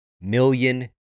million